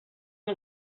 این